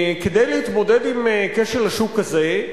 כדי להתמודד עם כשל השוק הזה,